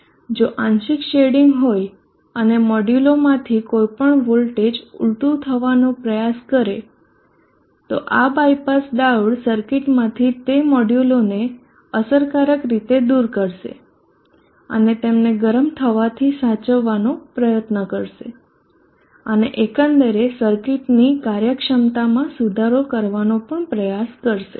જો આંશિક શેડિંગ હોય અને મોડ્યુલોમાંથી કોઈપણ વોલ્ટેજ ઉલટું થવાનો પ્રયાસ કરે આ બાયપાસ ડાયોડ સર્કિટમાંથી તે મોડ્યુલોને અસરકારક રીતે દૂર કરશે અને તેમને ગરમ થવાથી સાચવવાનો પ્રયત્ન કરશે અને એકંદર સર્કિટની કાર્યક્ષમતામાં સુધારો કરવાનો પણ પ્રયાસ કરશે